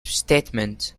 statement